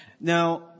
Now